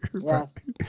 Yes